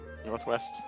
Northwest